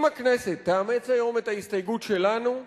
אם הכנסת תאמץ היום את ההסתייגות שלנו,